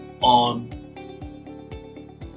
on